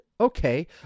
okay